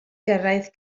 gyrraedd